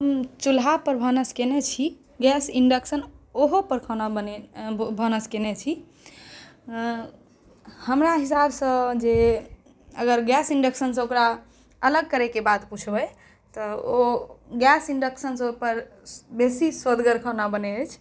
हम चुल्हापर भानस केने छी गैस इन्डक्शन ओहोपर खाना बनेने भानस केने छी हमरा हिसाबसँ जे अगर गैस इन्डक्शनसँ ओकरा अलग करैके बात पुछबै तऽ ओ गैस इन्डक्शनसँ ओहिपर बेसी सुअदगर खाना बनैत अछि